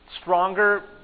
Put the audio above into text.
stronger